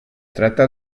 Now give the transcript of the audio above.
tracta